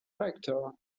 factor